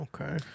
Okay